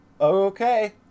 Okay